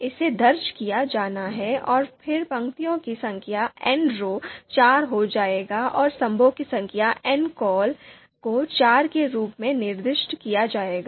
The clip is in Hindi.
इसलिए इसे दर्ज किया जाना है और फिर पंक्तियों की संख्या 'nrow ' चार हो जाएगी और स्तंभों की संख्या 'ncol' को चार के रूप में निर्दिष्ट किया जाएगा